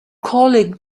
calling